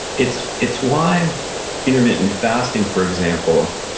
it's it's why intermittent fasting, for example,